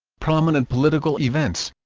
prominent political events